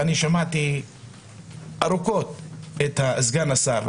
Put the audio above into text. ואני שמעתי ארוכות את סגן השר,